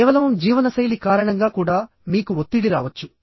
కేవలం జీవనశైలి కారణంగా కూడా మీకు ఒత్తిడి రావచ్చు